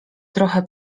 trochę